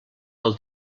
del